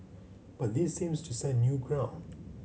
but this seems to set new ground